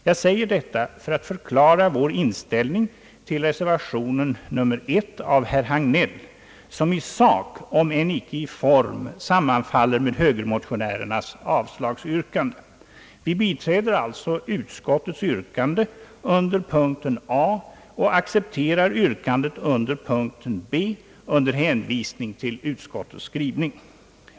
Jag säger detta för att förklara vår inställning till reservation 1 av herr Hagnell, som i kläm om än icke i motivering sammanfaller med högermotionens avslagsyrkande. Vi biträder alltså utskottets yrkande under punkten A och accepterar yrkandet under punkten B med hänvisning till utskottets skrivning.